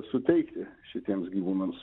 suteikti šitiems gyvūnams